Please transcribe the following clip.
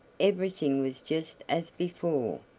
everything was just as before,